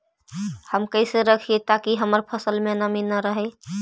हम कैसे रखिये ताकी हमर फ़सल में नमी न रहै?